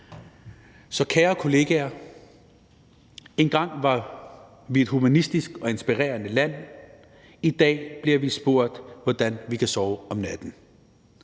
Så kære kollegaer, engang var vi et humanistisk og inspirerende land, i dag bliver vi spurgt, hvordan vi kan sove om natten.